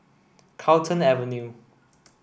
Carlton Avenue